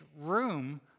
room